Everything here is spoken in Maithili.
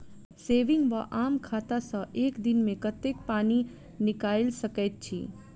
सेविंग वा आम खाता सँ एक दिनमे कतेक पानि निकाइल सकैत छी?